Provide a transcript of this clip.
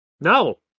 no